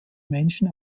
menschen